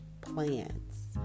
plans